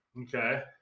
okay